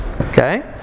Okay